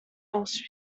else